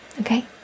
Okay